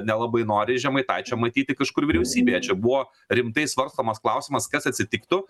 nelabai nori žemaitaičio matyti kažkur vyriausybėje čia buvo rimtai svarstomas klausimas kas atsitiktų